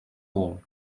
wall